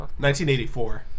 1984